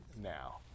now